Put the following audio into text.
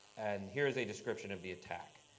and here is a description of the attack.